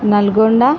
Nalgonda